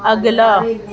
اگلا